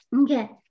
Okay